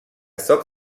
zog